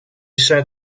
sein